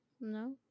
No